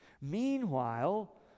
meanwhile